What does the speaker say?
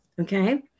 okay